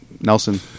nelson